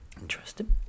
Interesting